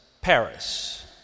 Paris